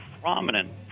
prominent